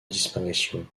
disparition